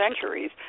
centuries